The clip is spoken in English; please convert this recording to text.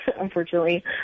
unfortunately